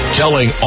telling